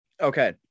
Okay